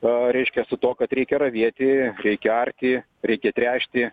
a reiškia su tuo kad reikia ravėti reikia arti reikia tręšti